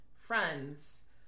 friends